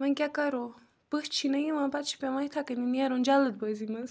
وۄنۍ کیٛاہ کَرو پٔژھ چھی نہٕ یِوان پَتہٕ چھِ پیٚوان یِتھٕے کٔنی نیرُن جلد بٲزی منٛز